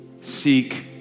seek